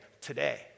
today